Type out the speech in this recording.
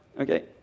okay